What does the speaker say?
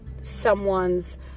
someone's